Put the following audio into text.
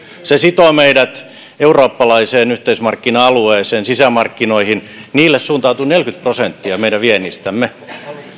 se sitoo meidät eurooppalaiseen yhteismarkkina alueeseen sisämarkkinoihin niille suuntautuu neljäkymmentä prosenttia meidän viennistämme